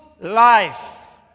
life